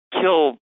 kill